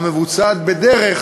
הנעשית בדרך